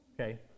okay